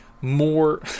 more